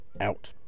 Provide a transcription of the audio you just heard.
out